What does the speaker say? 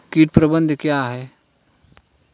कीट प्रबंधन क्या है?